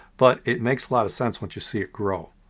but it makes a lot of sense once you see it grow.